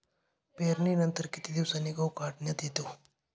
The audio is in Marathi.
पेरणीनंतर किती दिवसांनी गहू काढण्यात येतो?